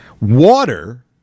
water